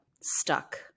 stuck